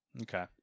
Okay